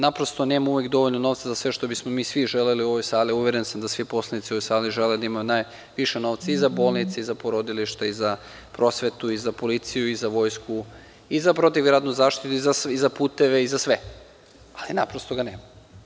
Naprosto, nema uvek dovoljno novca za sve što bismo svi mi želeli u ovoj sali, uveren sam da svi poslanici u ovoj sali žele da ima više novca i za bolnice i za porodilišta i za prosvetu i za policiju i za vojsku i za protivgradnu zaštitu i za puteve i za sve, ali naprosto ga nema.